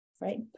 right